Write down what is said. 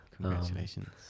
congratulations